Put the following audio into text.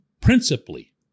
principally